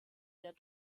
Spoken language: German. der